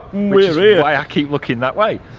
we're i ah keep looking that way.